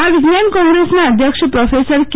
આ વિજ્ઞાન કોંગસના અધ્યક્ષ પ્રોફેસર કે